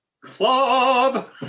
Club